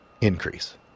increase